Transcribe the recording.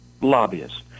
Lobbyists